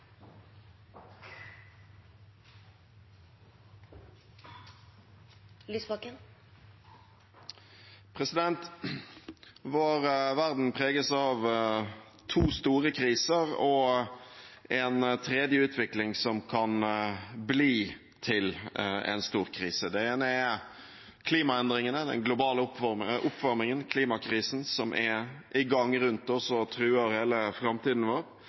Vår verden preges av to store kriser, og en tredje utvikling som kan bli til en stor krise. Den ene er klimaendringene – den globale oppvarmingen, klimakrisen – som er i gang rundt oss, og som truer hele framtiden vår.